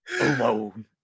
alone